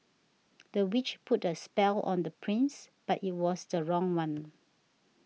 the witch put a spell on the prince but it was the wrong one